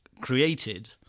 created